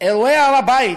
אירועי הר הבית